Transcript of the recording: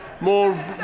more